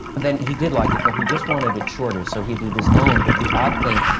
but then he did like it, but he just wanted it shorter. so he did his own, but the odd thing.